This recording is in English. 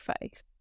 face